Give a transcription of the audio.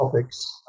topics